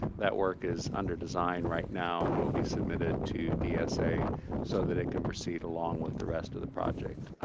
that work is under design right now and will be submitted to dsa so that it can proceed along with the rest of the project.